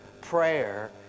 prayer